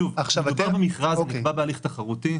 שוב, מדובר במכרז, מדובר בהליך תחרותי.